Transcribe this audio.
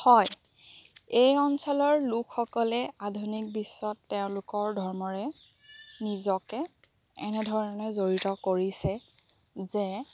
হয় এই অঞ্চলৰ লোকসকলে আধুনিক বিশ্বত তেওঁলোকৰ ধৰ্মৰে নিজকে এনেধৰণে জড়িত কৰিছে যে